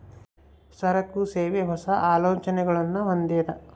ಸರಕು, ಸೇವೆ, ಹೊಸ, ಆಲೋಚನೆಗುಳ್ನ ಹೊಂದಿದ